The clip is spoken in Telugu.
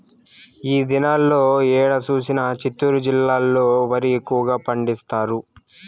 ఈ దినాల్లో ఏడ చూసినా చిత్తూరు జిల్లాలో వరి ఎక్కువగా పండిస్తారు